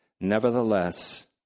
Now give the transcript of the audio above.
Nevertheless